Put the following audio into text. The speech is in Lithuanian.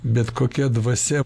bet kokia dvasia